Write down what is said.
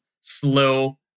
slow